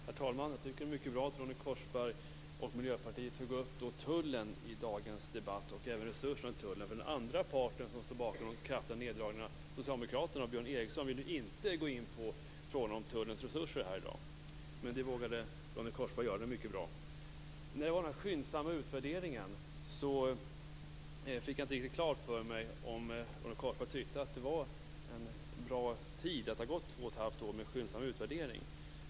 Herr talman! Jag tycker att det var mycket bra att Ronny Korsberg och Miljöpartiet tog upp Tullen och resurserna till Tullen i dagens debatt. Den andra part som står bakom de kraftiga neddragningarna, Socialdemokraterna och Björn Ericson, vill ju inte gå in på frågan om Tullens resurser här i dag. Men det vågade Ronny Korsberg göra. Det är mycket bra. Jag fick inte riktigt klart för mig om Ronny Korsberg tyckte att det var bra att det har gått två och ett halvt år med den här skyndsamma utvärderingen.